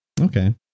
Okay